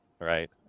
right